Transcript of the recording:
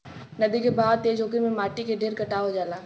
नदी के बहाव तेज होखे से माटी के ढेर कटाव हो जाला